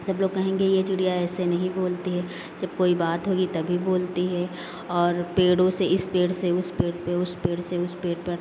सब लोग कहेंगे ये चिड़िया ऐसे नहीं बोलती है जब कोई बात होगी तभी बोलती है और पेड़ों से इस पेड़ से उस पेड़ पे उस पेड़ से उस पेड़ पर